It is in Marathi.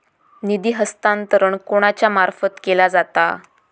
निधी हस्तांतरण कोणाच्या मार्फत केला जाता?